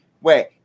Wait